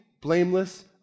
blameless